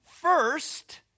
first